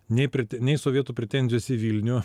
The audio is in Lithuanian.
nei priti nei sovietų pretenzijos į vilnių